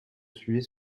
sujet